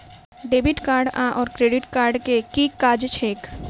Debit card आओर credit card केँ की काज छैक?